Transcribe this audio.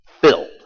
filled